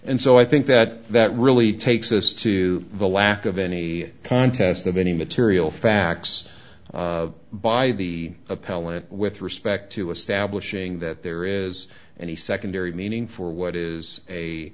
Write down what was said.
and so i think that that really takes us to the lack of any contest of any material facts by the appellant with respect to establishing that there is any secondary meaning for what is a